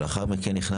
אבל לאחר מכן נכנס.